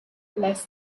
less